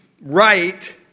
right